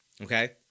okay